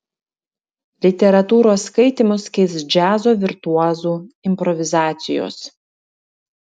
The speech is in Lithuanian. literatūros skaitymus keis džiazo virtuozų improvizacijos